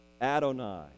adonai